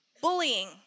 bullying